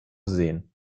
sehen